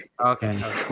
Okay